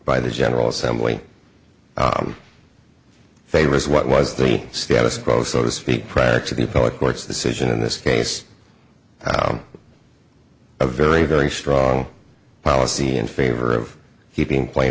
by the general assembly favors what was the status quo so to speak practically poet court's decision in this case a very very strong policy in favor of keeping pla